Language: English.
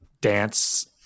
dance